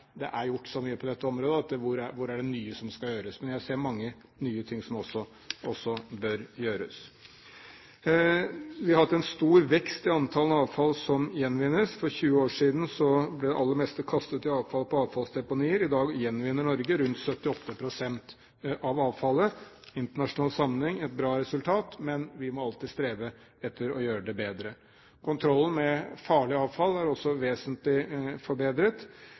gjort så mye på dette området – hvor er det nye som skal gjøres? Men jeg ser mange nye ting som også bør gjøres. Vi har hatt en stor vekst i mengden avfall som gjenvinnes. For 20 år siden ble det aller meste kastet som avfall på avfallsdeponier. I dag gjenvinner Norge rundt 78 pst. av avfallet – i internasjonal sammenheng et bra resultat, men vi må alltid streve etter å gjøre det bedre. Kontrollen med farlig avfall er også vesentlig forbedret,